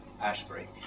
Ashbury